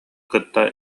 кытта